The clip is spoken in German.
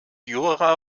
jura